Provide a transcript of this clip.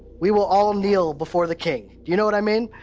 we will all kneel before the king. do you know what i mean?